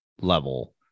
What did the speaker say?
level